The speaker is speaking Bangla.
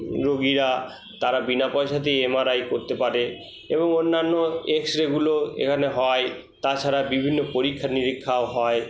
রুগীরা তারা বিনা পয়সাতেই এম আর আই করতে পারে এবং অন্যান্য এক্সরেগুলো এখানে হয় তাছাড়া বিভিন্ন পরীক্ষা নিরীক্ষাও হয়